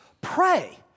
pray